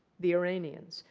the iranians,